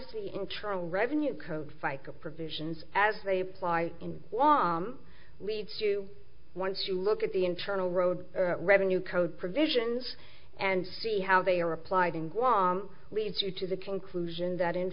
the internal revenue code fica provisions as they buy in long leads to once you look at the internal road revenue code provisions and see how they are applied in guam leads you to the conclusion that in